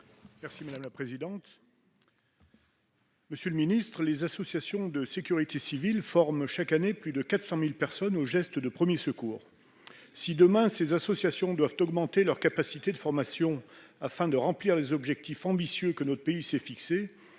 : La parole est à M. Olivier Cigolotti. Les associations de sécurité civile forment chaque année plus de 400 000 personnes aux gestes de premiers secours. Si, demain, ces associations doivent augmenter leurs capacités de formation, afin de remplir les objectifs ambitieux que notre pays s'est fixés,